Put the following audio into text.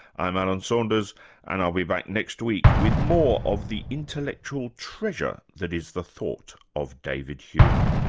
i'm alan saunders and i'll be back next week with more of the intellectual treasure that is the thought of david hume